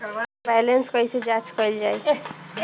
Balance कइसे जांच कइल जाइ?